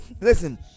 listen